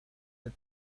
the